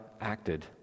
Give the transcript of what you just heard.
acted